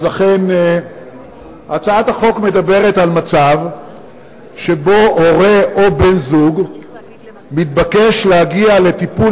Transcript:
הצעת החוק מדברת על מצב שבו הורה או בן-זוג מתבקש להגיע לטיפול